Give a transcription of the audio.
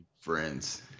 friends